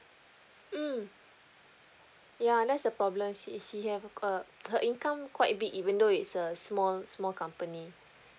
mm ya that's the problem she she have uh her income quite big even though its a small small company